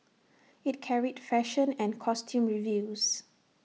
IT carried fashion and costume reviews